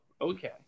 okay